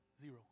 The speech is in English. Zero